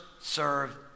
serve